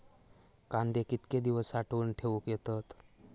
कांदे कितके दिवस साठऊन ठेवक येतत?